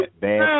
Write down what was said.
bad